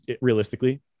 realistically